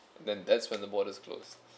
then that's when the borders close